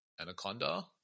Anaconda